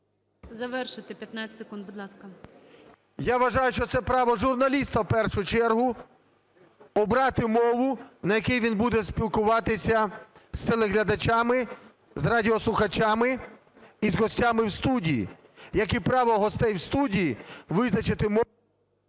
Я вважаю, що це право журналіста в першу чергу – обрати мову, на якій він буде спілкуватися з телеглядачами, з радіослухачами і з гостями в студії, як і право гостей в студії визначити мову…